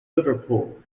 liverpool